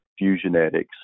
Fusionetics